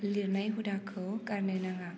लिरनाय हुदाखौ गारनो नाङा